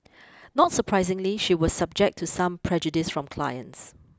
not surprisingly she was subject to some prejudice from clients